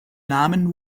namen